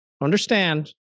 understand